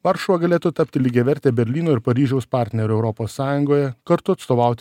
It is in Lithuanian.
varšuva galėtų tapti lygiaverte berlyno ir paryžiaus partnere europos sąjungoje kartu atstovauti